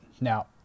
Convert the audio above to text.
Now